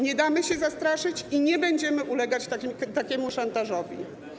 Nie damy się zastraszyć i nie będziemy ulegać takiemu szantażowi.